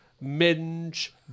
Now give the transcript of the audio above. minge